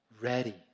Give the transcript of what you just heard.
ready